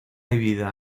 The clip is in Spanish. dividida